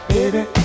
Baby